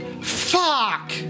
Fuck